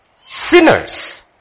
sinners